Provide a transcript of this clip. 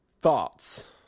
Thoughts